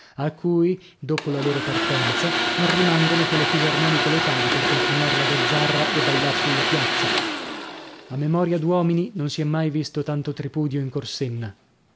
a cui dopo la loro partenza non rimangono che le fisarmoniche locali per continuar la gazzarra e ballar sulla piazza a memoria d'uomini non si è mai visto tanto tripudio in corsenna